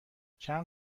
چند